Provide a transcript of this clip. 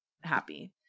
happy